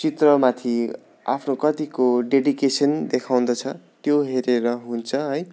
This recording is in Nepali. चित्रमाथि आफ्नो कतिको डेडिकेसन देखाउँदछ त्यो हेरेर हुन्छ है